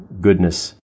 goodness